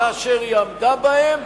כאשר היא עמדה בהם,